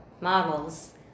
models